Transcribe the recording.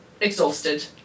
exhausted